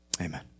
Amen